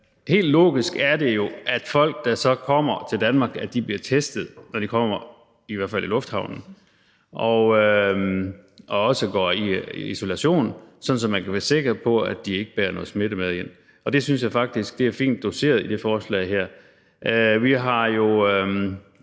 helt logisk er det jo, at folk, der så kommer til Danmark, bliver testet, når de kommer, i hvert fald i lufthavnen, og at de også går i isolation, sådan at man kan være sikker på, at de ikke bærer noget smitte med ind, og det synes jeg faktisk er fint doseret i det her forslag. Vi har jo